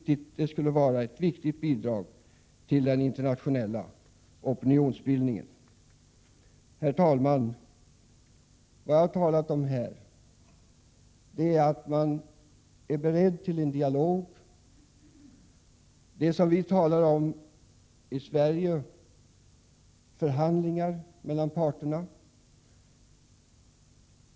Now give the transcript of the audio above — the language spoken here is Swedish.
Det skulle vara ett viktigt bidrag i den internationella opinionsbildningen. Herr talman! Vad jag har talat om här är att människor skall vara beredda till en dialog. Det som vi talar om i Sverige är förhandlingar mellan parterna.